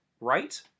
right